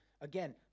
again